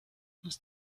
aus